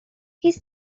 his